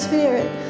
Spirit